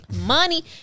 money